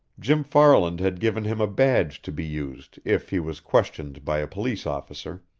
jim farland had given him a badge to be used if he was questioned by a police officer,